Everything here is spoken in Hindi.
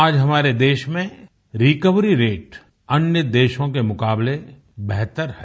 आज हमारे देश में रिकवरी रेट अन्यं देशों के मुकाबले बेहतर है